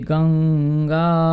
Ganga